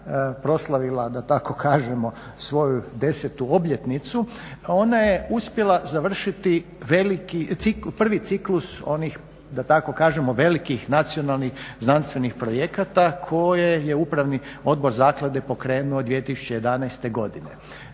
proslavila da tako kažemo svoju 10. obljetnicu ona je uspjela završiti prvi ciklus onih da tako kažemo velikih nacionalnih znanstvenih projekata koje je upravni odbor zaklade pokrenuo 2011.godine.